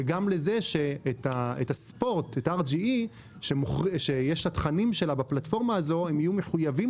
וגם זה ש-RGE שיש לה תכנים בפלטפורמה הזאת יהיו מחויבים